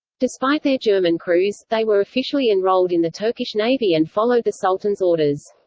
despite their german crews, they were officially enrolled in the turkish navy and followed the sultan's orders.